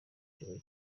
kigo